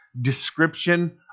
description